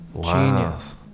Genius